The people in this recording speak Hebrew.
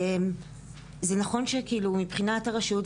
זה נכון שמבחינת הרשות,